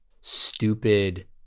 stupid